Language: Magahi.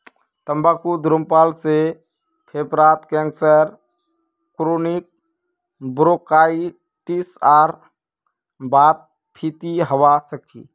तंबाकू धूम्रपान से फेफड़ार कैंसर क्रोनिक ब्रोंकाइटिस आर वातस्फीति हवा सकती छे